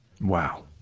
wow